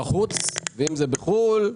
בחוץ, ואם זה בחוץ לארץ,